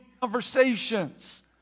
conversations